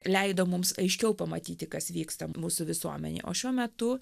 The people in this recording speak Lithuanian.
leido mums aiškiau pamatyti kas vyksta mūsų visuomenėj o šiuo metu